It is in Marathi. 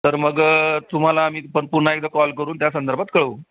तर मग तुम्हाला आम्ही पण पुन्हा एकदा कॉल करून त्या संदर्भात कळवू